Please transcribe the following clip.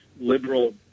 liberal